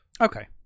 okay